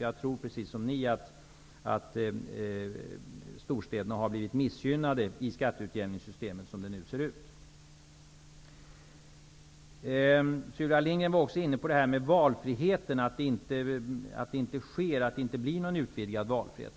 Jag tror, precis som ni, att storstäderna har blivit missgynnade i skatteutjämningssystemet, såsom det nu ser ut. Sylvia Lindgren var också inne på detta med valfriheten och menade att det inte blivit någon utvidgad valfrihet.